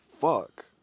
fuck